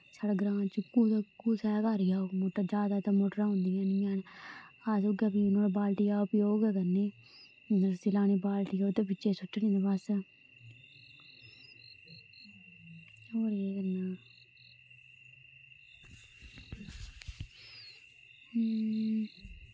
साढ़े ग्रांऽ कुसै दे घर होग मोटर जादै ते कुसै दे होंदियां निं हैन अस उऐ बाल्टियै दा उपयोग गै करने रस्सी लानी बाल्टियै गी ते ओह्दे बिच सुट्टनी ते बस नुहाड़े कन्नै